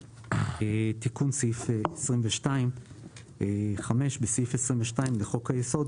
"תיקון סעיף 225. בסעיף 22 לחוק היסוד,